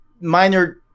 Minor